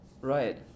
Right